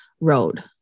Road